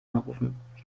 anrufen